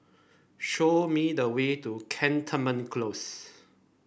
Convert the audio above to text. show me the way to Cantonment Close